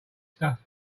stuff